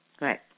right